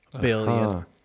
billion